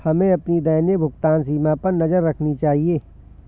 हमें अपनी दैनिक भुगतान सीमा पर नज़र रखनी चाहिए